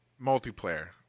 multiplayer